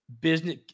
business